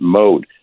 mode